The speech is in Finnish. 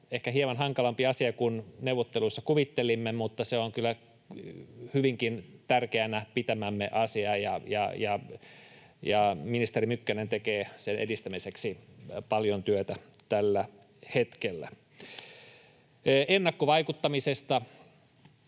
ehkä hieman hankalampi asia kuin neuvotteluissa kuvittelimme, mutta se on kyllä hyvinkin tärkeänä pitämämme asia, ja ministeri Mykkänen tekee sen edistämiseksi paljon työtä tällä hetkellä. Ennakkovaikuttamisesta: